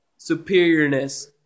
superiorness